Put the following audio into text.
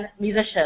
musicians